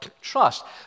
trust